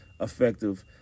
effective